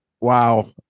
Wow